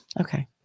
okay